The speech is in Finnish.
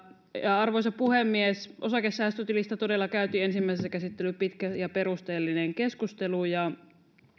arvoisa puhemies osakesäästötilistä todella käytiin ensimmäisessä käsittelyssä pitkä ja perusteellinen keskustelu